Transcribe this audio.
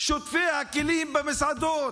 שוטפי הכלים במסעדות.